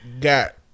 got